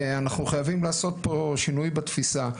אנחנו חייבים לעשות פה שינוי בתפיסה.